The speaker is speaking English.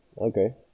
Okay